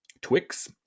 Twix